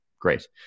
Great